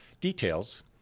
details